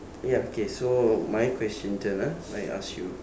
ya okay so my question turn ah I ask you